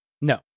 No